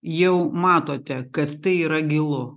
jau matote kad tai yra gilu